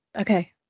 Okay